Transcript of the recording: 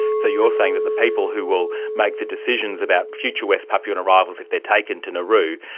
so you're saying that the people who will make the decisions about future west papuan arrivals if they're taken to nauru,